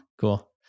Cool